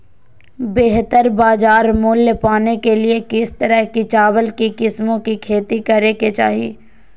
बेहतर बाजार मूल्य पाने के लिए किस तरह की चावल की किस्मों की खेती करे के चाहि?